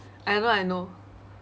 I know I know